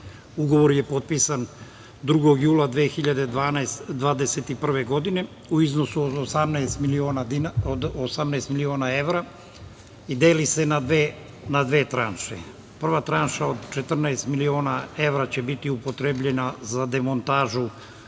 razvoj. Ugovor je potpisan 2. jula 2021. godine u iznosu od 18 miliona evra i deli se na dve tranše. Prva tranša od 14 miliona evra će biti upotrebljena za demontažu